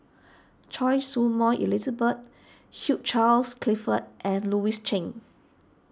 Choy Su Moi Elizabeth Hugh Charles Clifford and Louis Chen